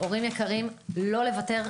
הורים יקרים, לא לוותר.